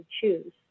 choose